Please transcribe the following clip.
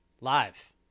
Live